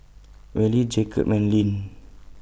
Wally Jacob and Leann